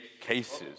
cases